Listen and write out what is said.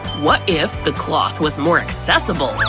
what if the cloth was more accessible?